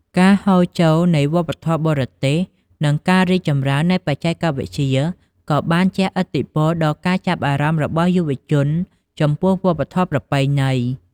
ការហូរចូលនៃវប្បធម៌បរទេស និងការរីកចម្រើននៃបច្ចេកវិទ្យា ក៏បានជះឥទ្ធិពលដល់ការចាប់អារម្មណ៍របស់យុវជនចំពោះវប្បធម៌ប្រពៃណី។